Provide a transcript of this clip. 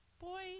Boy